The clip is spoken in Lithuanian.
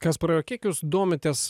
kasparai o kiek jūs domitės